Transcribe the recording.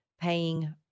paying